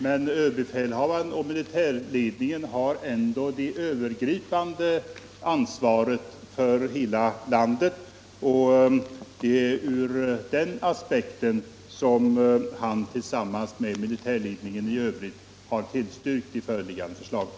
Men överbefälhavaren och militärledningen har ändå det övergripande ansvaret för hela landet. Det är ur den aspekten ÖB tillsammans med militärledningen i övrigt har tillstyrkt det föreliggande förslaget.